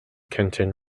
kenton